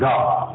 God